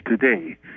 today